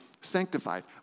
sanctified